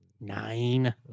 nine